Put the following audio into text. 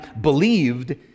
believed